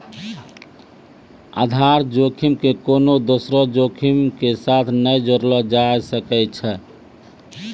आधार जोखिम के कोनो दोसरो जोखिमो के साथ नै जोड़लो जाय सकै छै